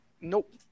Nope